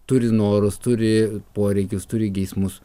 turi norus turi poreikius turi geismus